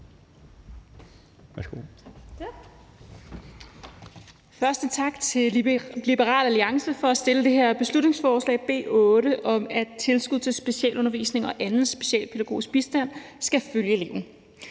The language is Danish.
Først tak til Liberal Alliance for at fremsætte det her beslutningsforslag, B 8, om, at tilskud til specialundervisning og anden specialpædagogisk bistand skal følge eleven.